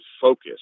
focus